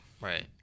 right